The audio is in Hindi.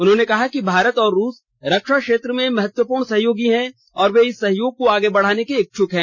उन्होंने कहा कि भारत और रूस रक्षा क्षेत्र में महत्वपूर्ण सहयोगी है और वे इस सहयोग को आगे बढ़ाने के इच्छुक है